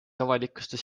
avalikustas